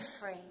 free